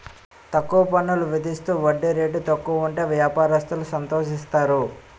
తక్కువ పన్నులు విధిస్తూ వడ్డీ రేటు తక్కువ ఉంటే వ్యాపారస్తులు సంతోషిస్తారు